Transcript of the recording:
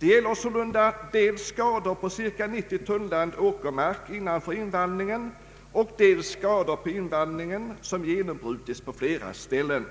Det gäller sålunda dels skador på cirka 90 tunnland åkermark innanför invallningen, dels skador på invallningen, som genombrutits på flera ställen.